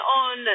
on